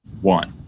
one